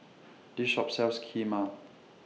This Shop sells Kheema